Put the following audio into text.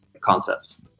concepts